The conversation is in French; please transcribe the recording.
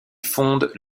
fonde